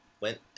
went